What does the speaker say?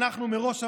אנחנו מראש אמרנו: